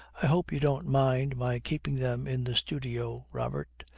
i hope you don't mind my keeping them in the studio, robert.